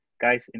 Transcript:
Guys